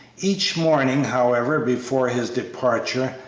each morning, however, before his departure,